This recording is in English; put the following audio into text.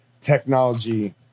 technology